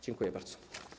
Dziękuję bardzo.